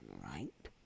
right